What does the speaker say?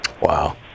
Wow